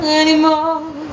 anymore